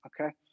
Okay